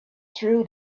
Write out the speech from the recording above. through